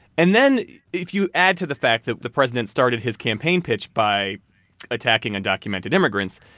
and then if you add to the fact that the president started his campaign pitch by attacking undocumented immigrants,